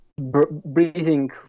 Breathing